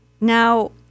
Now